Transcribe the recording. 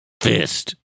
Fist